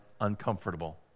uncomfortable